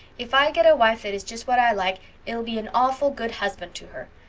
if i get a wife that is just what i like ill be an awful good husband to her.